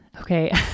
Okay